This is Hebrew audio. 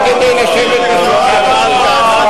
רק כדי לשבת מסביב לשולחן הזה.